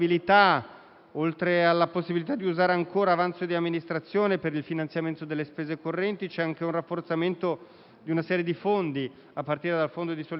oltre alla possibilità di usare ancora avanzo di amministrazione per il finanziamento delle spese correnti, c'è anche il rafforzamento di una serie di fondi, a partire dal fondo di solidarietà